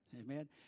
Amen